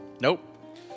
Nope